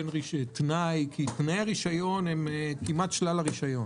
כי תנאי הרישיון הם כמעט כלל הרישיון